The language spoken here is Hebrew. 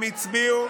הם הצביעו,